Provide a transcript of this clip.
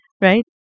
Right